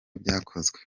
byakozwe